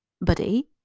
buddy